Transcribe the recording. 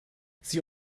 sie